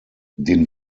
den